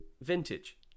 vintage